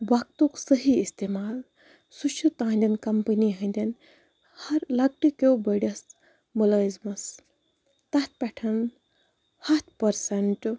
وَقتُک صحیٖح اِستعمال سُہ چھُ تُہنٛدیٚن کَمپٔنی ہِنٛدیٚن ہَر لَکٹہِ کیٚو بٔڑِس مُلٲزمَس تَتھ پٮ۪ٹھ ہَتھ پٔرسَنٛٹہٕ